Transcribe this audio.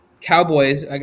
cowboys